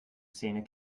szene